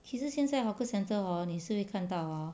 其实现在 hawker centre hor 你是会看到 hor